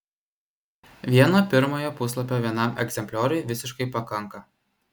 vieno pirmojo puslapio vienam egzemplioriui visiškai pakanka